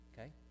okay